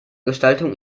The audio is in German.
gestaltung